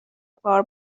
غار